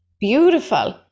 beautiful